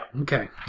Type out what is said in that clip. Okay